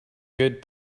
good